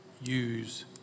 use